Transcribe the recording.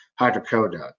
hydrocodone